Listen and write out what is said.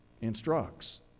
instructs